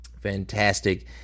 fantastic